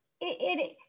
it-